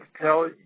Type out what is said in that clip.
tell